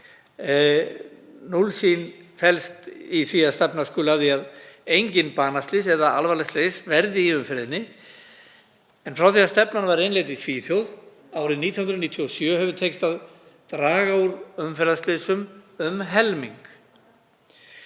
Núllsýn felst í því að stefna skuli að því að engin banaslys eða alvarleg slys verði í umferðinni, en frá því að stefnan var innleidd í Svíþjóð árið 1997 hefur tekist að draga úr umferðarslysum um helming.